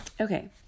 okay